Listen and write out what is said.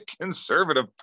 Conservative